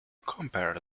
compare